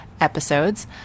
episodes